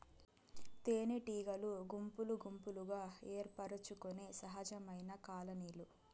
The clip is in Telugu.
తేనెటీగలు గుంపులు గుంపులుగా ఏర్పరచుకొనే సహజమైన కాలనీలు